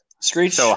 Screech